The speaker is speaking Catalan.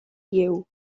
lleu